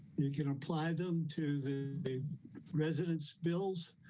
you can apply them to the the residents bills.